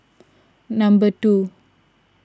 number two